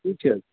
ٹھیٖک چھِ حظ